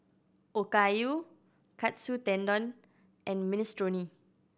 Okayu Katsu Tendon and Minestrone